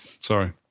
sorry